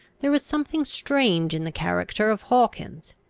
there was something strange in the character of hawkins.